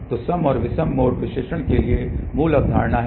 तो सम और विषम मोड विश्लेषण के लिए मूल अवधारणा है